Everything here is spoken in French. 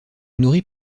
nourrit